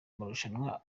marushanwa